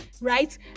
right